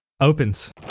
opens